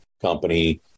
company